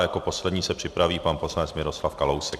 Jako poslední se připraví pan poslanec Miroslav Kalousek.